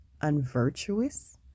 unvirtuous